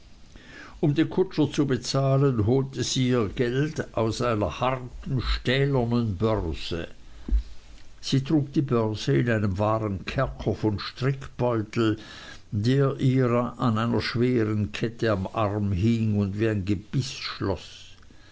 um den kutscher zu bezahlen holte sie ihr geld aus einer harten stählernen börse sie trug die börse in einem wahren kerker von strickbeutel der ihr an einer schweren kette am arm hing und wie ein